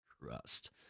Crust